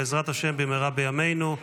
בעזרת השם במהרה בימינו.